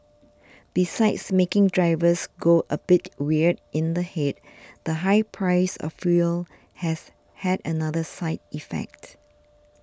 besides making drivers go a bit weird in the head the high price of fuel has had another side effect